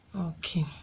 okay